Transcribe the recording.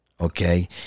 okay